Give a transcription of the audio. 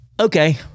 okay